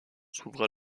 s’ouvrent